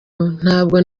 ntabwo